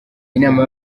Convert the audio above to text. inama